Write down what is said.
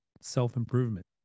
self-improvement